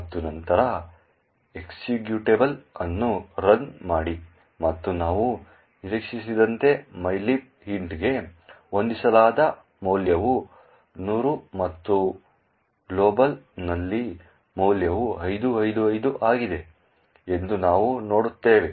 ಮತ್ತು ನಂತರ ಎಕ್ಸಿಕ್ಯೂಟಬಲ್ ಅನ್ನು ರನ್ ಮಾಡಿ ಮತ್ತು ನಾವು ನಿರೀಕ್ಷಿಸಿದಂತೆ mylib int ಗೆ ಹೊಂದಿಸಲಾದ ಮೌಲ್ಯವು 100 ಮತ್ತು ಗ್ಲೋಬ್ನಲ್ಲಿನ ಮೌಲ್ಯವು 5555 ಆಗಿದೆ ಎಂದು ನಾವು ನೋಡುತ್ತೇವೆ